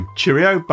Cheerio